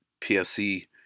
PFC